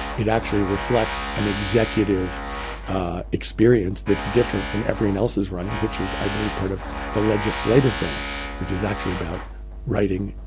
it actually reflects an executive experience that's different from everyone else's running. which is, i believe, part of the legislative branch which is actually about writing